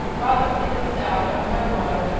brought the piglets out one by one,